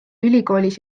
ülikoolis